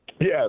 Yes